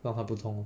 让它不痛 lor